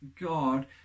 God